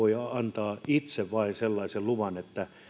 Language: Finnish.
henkilö voi antaa vain itse sellaisen luvan että